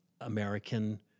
American